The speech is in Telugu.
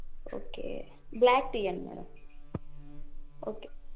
ఓకే బ్లాక్ తీయండి మేడం ఓకే